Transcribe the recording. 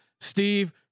Steve